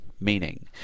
meaning